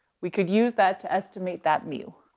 we could use that to estimate that mu.